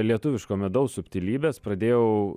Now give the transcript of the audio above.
lietuviško medaus subtilybes pradėjau